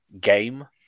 game